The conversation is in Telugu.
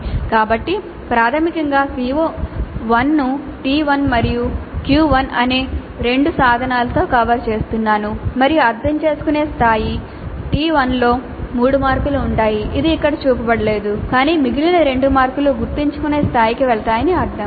కాబట్టి ప్రాథమికంగా CO1 ను T1 మరియు Q1 అనే రెండు సాధనాలలో కవర్ చేస్తున్నారు మరియు అర్థం చేసుకునే స్థాయి T1 లో 3 మార్కులు ఉంటాయి ఇది ఇక్కడ చూపబడలేదు కానీ మిగిలిన 2 మార్కులు గుర్తుంచుకునే స్థాయికి వెళ్తాయని అర్థం